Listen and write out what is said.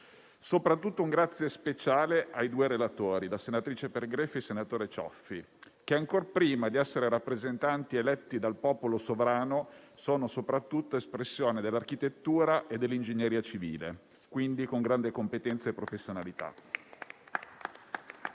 Soprattutto rivolgo un grazie speciale ai due relatori, la senatrice Pergreffi e il senatore Cioffi, che, ancor prima di essere rappresentanti eletti dal popolo sovrano, sono soprattutto espressione dell'architettura e dell'ingegneria civile, quindi sono dotati di grande competenza e professionalità.